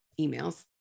emails